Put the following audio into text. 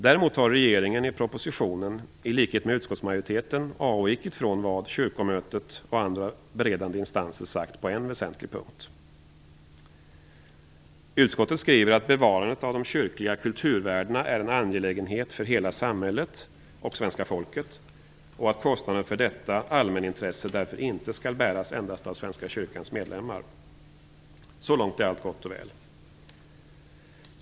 Däremot har regeringen i propositionen i likhet med utskottsmajoriteten avvikit från vad kyrkomötet och andra beredande instanser sagt på en väsentlig punkt. Utskottet skriver att bevarandet av de kyrkliga kulturvärdena är en angelägenhet för hela samhället och svenska folket och att kostnaden för detta allmänintresse därför inte skall bäras endast av Svenska kyrkans medlemmar. Så långt är allt gott och väl.